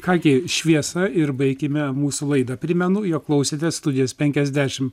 ką gi šviesa ir baikime mūsų laidą primenu jog klausėtes studijos penkiasdešimt